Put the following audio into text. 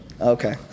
Okay